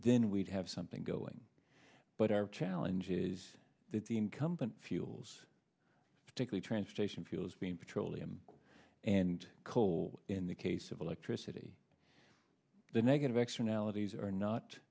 then we'd have something going but our challenge is that the incumbent fuels particular transportation fuels being petroleum and coal in the case of electricity the negative externalities are not